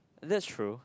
that's true